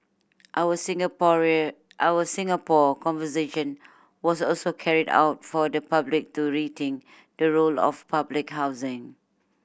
our Singaporean our Singapore Conversation was also carried out for the public to rethink the role of public housing